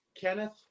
Kenneth